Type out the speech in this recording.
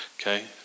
Okay